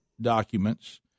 documents